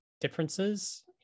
differences